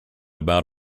about